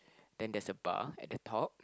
then there's a bar at the top